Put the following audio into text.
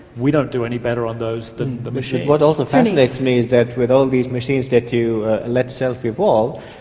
we don't do any better on those than the machines. what also fascinates me is that with all these machines that you let self-evolve,